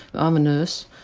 um a nurse,